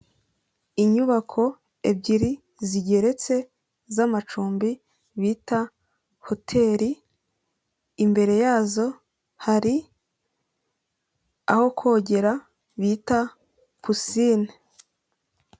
Inyubako ebyiri zigeretse z'amacumbi bita hoteri, imbere yazo hari aho kogera bita pisine.